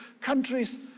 countries